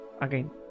Again